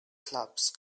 clubs